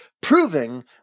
proving